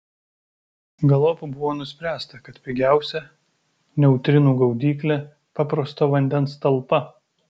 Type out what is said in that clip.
galop buvo nuspręsta kad pigiausia neutrinų gaudyklė paprasto vandens talpa